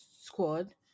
squad